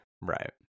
Right